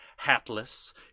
hatless